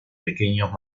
pequeños